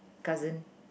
cousin